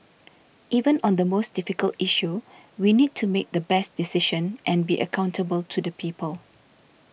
even on the most difficult issue we need to make the best decision and be accountable to the people